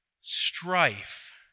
strife